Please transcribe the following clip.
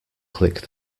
click